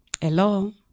Hello